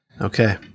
Okay